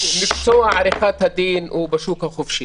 מקצוע עריכת הדין הוא בשוק החופשי,